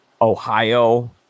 Ohio